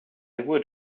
would